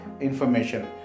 information